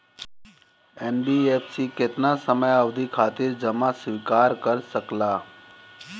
NBFC केतना समयावधि खातिर जमा स्वीकार कर सकला?